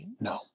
No